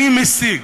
אני משיג.